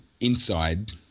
inside